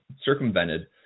circumvented